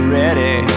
ready